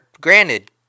granted